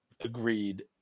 agreed